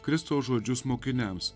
kristaus žodžius mokiniams